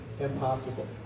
impossible